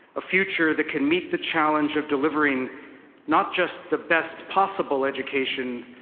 a future that can meet the challenge of delivering not just the best possible education,